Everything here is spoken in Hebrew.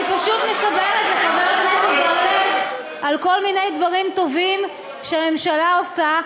אני פשוט מספרת לחבר הכנסת בר-לב על כל מיני דברים טובים שהממשלה עושה,